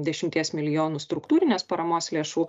dešimties milijonų struktūrinės paramos lėšų